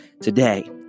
today